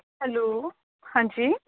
hello ਹਾਂਜੀ